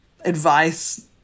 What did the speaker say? advice